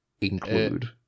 include